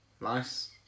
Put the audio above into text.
nice